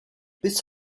bis